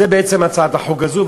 זו בעצם הצעת החוק הזאת.